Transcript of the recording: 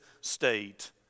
state